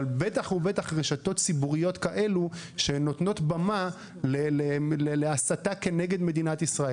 אבל בטח ובטח רשתות ציבוריות כאלו שנותנות במה להסתה כנגד מדינת ישראל.